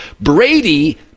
Brady